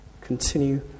Continue